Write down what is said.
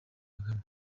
kagame